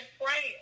praying